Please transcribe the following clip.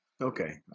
okay